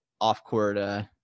off-court